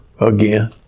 again